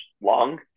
long